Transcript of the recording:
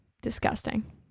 disgusting